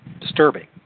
disturbing